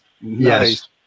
yes